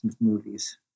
movies